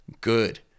good